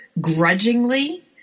grudgingly